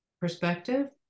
perspective